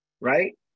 right